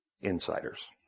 insiders